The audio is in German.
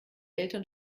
eltern